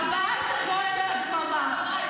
ארבעה שבועות של הדממה,